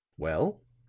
well,